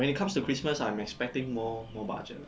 when it comes to christmas I'm expecting more more budget lah